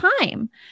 time